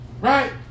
right